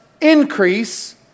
increase